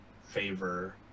favor